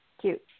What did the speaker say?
cute